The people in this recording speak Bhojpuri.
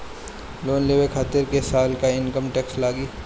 लोन लेवे खातिर कै साल के इनकम टैक्स लागी?